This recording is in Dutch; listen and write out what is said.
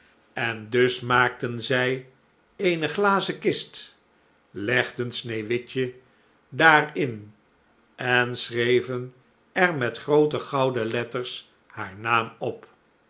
en dus maakten zij eene glazen kist legden sneeuwwitje daarin en schreven er met groote gouden letters haar naam op